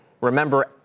Remember